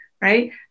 right